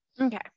Okay